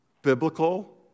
Biblical